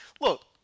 look